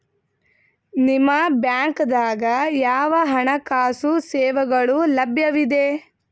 ನಿಮ ಬ್ಯಾಂಕ ದಾಗ ಯಾವ ಹಣಕಾಸು ಸೇವೆಗಳು ಲಭ್ಯವಿದೆ?